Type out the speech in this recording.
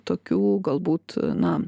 tokių galbūt na